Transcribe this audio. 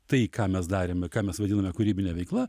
tai ką mes darėme ką mes vadiname kūrybine veikla